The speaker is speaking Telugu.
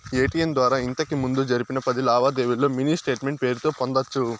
ఎటిఎం ద్వారా ఇంతకిముందు జరిపిన పది లావాదేవీల్లో మినీ స్టేట్మెంటు పేరుతో పొందొచ్చు